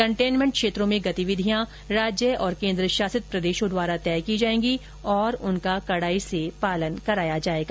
containment क्षेत्रों में गतिविधियां राज्य और केन्द्रशासित प्रदेशों द्वारा तय की जाएंगी और उनका कड़ाई से पालन कराया जाएगा